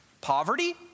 Poverty